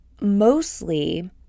mostly